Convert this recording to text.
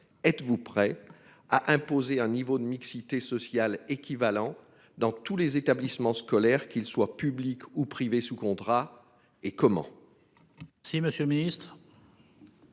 Êtes-vous prêt à imposer un niveau de mixité sociale équivalents dans tous les établissements scolaires, qu'ils soient publics ou privés sous contrat et comment.